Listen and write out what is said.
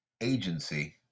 agency